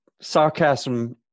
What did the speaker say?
sarcasm